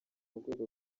rwego